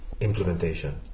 implementation